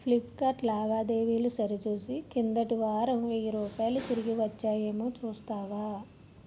Flipkart లావాదేవీలు సరిచూసి క్రిందటి వారం వెయ్యి రూపాయలు రూపాయలు తిరిగి వచ్చాయేమో చూస్తావా